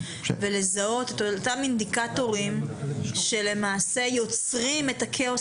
ולזהות את אותם אינדיקטורים שיוצרים את הכאוס